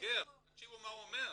תקשיבו מה הוא אומר.